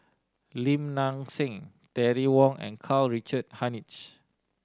Lim Nang Seng Terry Wong and Karl Richard Hanitsch